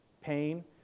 pain